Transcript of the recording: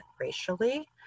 racially